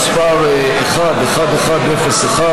שמספרה 1.1101,